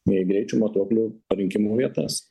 nei greičio matuoklių parinkimų vietas